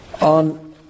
on